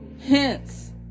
Hence